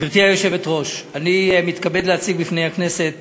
גברתי היושבת-ראש, אני מתכבד להציג בפני הכנסת